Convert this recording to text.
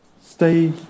Stay